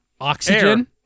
Oxygen